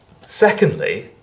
Secondly